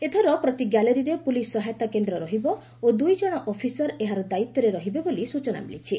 ଏଥର ପ୍ରତି ଗ୍ୟାଲେରୀରେ ପୁଲିସ୍ ସହାୟତା କେନ୍ଦ୍ର ରହିବ ଓ ଦୁଇ ଜଶ ଅଫିସର ଏହାର ଦାୟିତ୍ୱରେ ରହିବେ ବୋଲି ସ୍ଚନା ମିଳିଛି